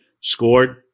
scored